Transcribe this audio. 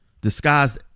Disguised